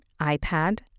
iPad